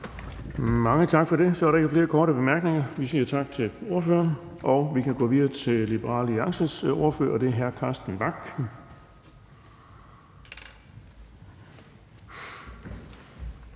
Mange tak for det. Så er der ikke flere korte bemærkninger. Vi siger tak til ordføreren. Vi kan gå videre til Liberal Alliances ordfører, og det er hr. Carsten Bach.